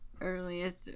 earliest